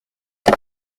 car